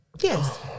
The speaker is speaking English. Yes